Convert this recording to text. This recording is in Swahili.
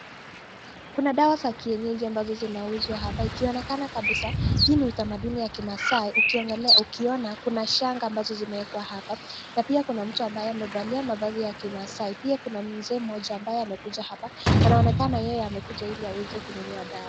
Kuna dawa za kienyeji ambazo zinauzwa hapa ikionekana kabisa hii ni utamanduni ya kimasai, ukiona kuna shanga ambazo zimeekwa hapa na pia kuna mtu ambaye amevalia mavazi ya kimasai, pia kuna mzee mmoja amekuja hapa, anaonekana yeye amekuja ili aweze kununua dawa.